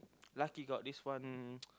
lucky got this one